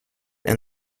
and